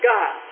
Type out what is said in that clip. God